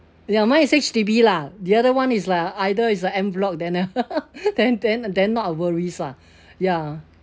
ya mine is H_D_B lah the other [one] is like either it's like en bloc then uh then then then not our worries lah ya